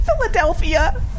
Philadelphia